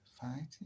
Fighting